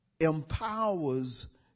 empowers